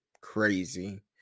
crazy